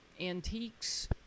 antiques